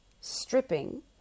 stripping